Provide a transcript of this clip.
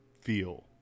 feel